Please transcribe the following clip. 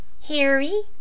Harry